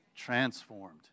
transformed